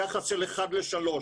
יחס של אחד לשלושה.